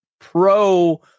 pro